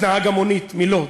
נהג המונית מלוד.